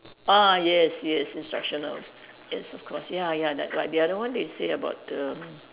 ah yes yes instructional yes of course ya ya like like the other one they say about the